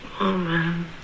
woman